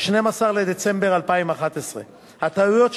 12 בדצמבר 2011. הטעויות,